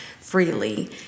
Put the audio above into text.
freely